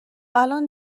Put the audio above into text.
الان